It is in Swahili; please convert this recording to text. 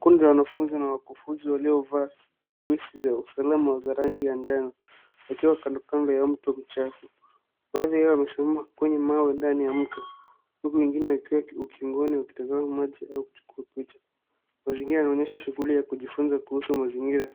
Kundi la wanfunzi na wakufunzi waliovaa vesti za usalama za rangi ya njano wakiwa kandokando ya mto mchafu. Baadhi yao wamesimama kwenye mawe ndani ya mto huku wengine wakiwa ukingoni wakitazamamaji au kuchukua picha. Mazingra yanaonyesha shughuli za kujifunza kuhusu mazingira,